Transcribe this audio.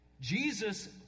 Jesus